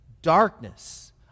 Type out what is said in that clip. darkness